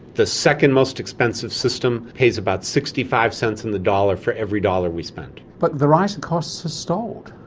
the second most expensive system pays about sixty five c in the dollar for every dollar we spend. but the rise in costs has stalled.